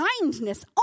kindness